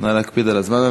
נא להקפיד על הזמן.